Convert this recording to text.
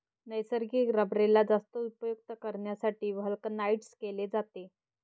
नैसर्गिक रबरेला जास्त उपयुक्त करण्यासाठी व्हल्कनाइज्ड केले जाते